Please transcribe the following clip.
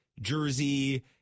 Jersey